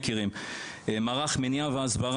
אנחנו מכשירים אנשי צוות כי הם אלו שפוגשים את